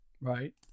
Right